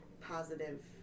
positive